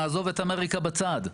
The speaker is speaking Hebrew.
נעזוב את אמריקה בצד,